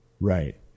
Right